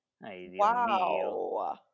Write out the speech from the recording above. Wow